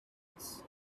omens